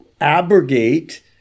abrogate